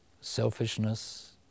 selfishness